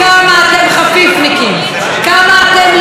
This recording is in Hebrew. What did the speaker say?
כמה אתם לא באמת קוראים את החוק,